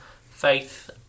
Faith